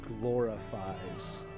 glorifies